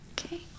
Okay